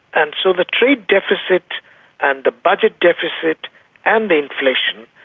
and so the trade deficit and the budget deficit and the inflation,